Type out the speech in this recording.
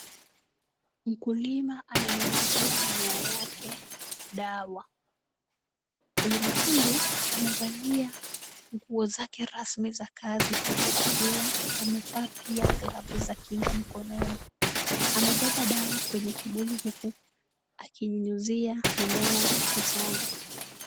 Mkulima ananyunyizia mimea yake dawa. Mkulima huyu amevalia nguo zake rasmi za kazi huku akiwa amevaa pia glavu za kinga mkononi. Amebeba dawa kwenye kibuyu huku akinyunyuzia mimea akisonga.